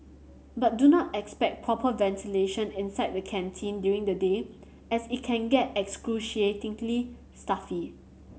but do not expect proper ventilation inside the canteen during the day as it can get excruciatingly stuffy